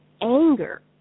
anger